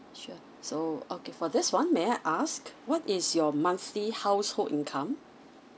sure so okay for this one may I ask what is your monthly household income